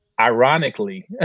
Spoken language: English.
ironically